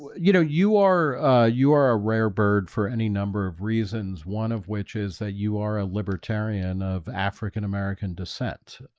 you know you are you are a rare bird for any number of reasons one of which is that you are a libertarian of african-american descent.